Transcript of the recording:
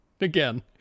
again